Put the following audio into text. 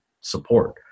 support